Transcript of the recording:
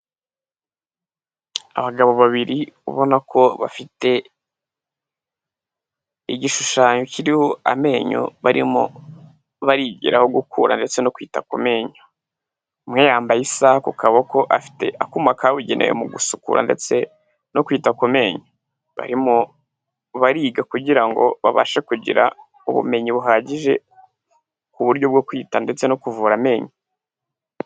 Abagabo babiri ubona ko bafite igishushanyo kiriho amenyo barimo barigiraho gukura ndetse no kwita ku menyo. Umwe yambaye isaha ku kaboko afite akuma kabugenewe mu gusukura ndetse no kwita ku menyo, barimo bariga kugira ngo babashe kugira ubumenyi buhagije ku buryo bwo kwita ndetse no kuvura amenyo.